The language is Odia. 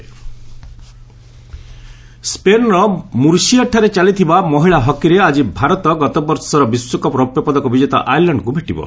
ଓମେନ୍ସ ହକି ସ୍କେନ୍ର ମୁର୍ସିଆଠାରେ ଚାଲିଥିବା ମହିଳା ହକିରେ ଆଜି ଭାରତ ଗତବର୍ଷର ବିଶ୍ୱକପ୍ ରୌପ୍ୟପଦକ ବିଜେତା ଆୟାର୍ଲାଣ୍ଡକ୍ ଭେଟିବ